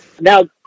Now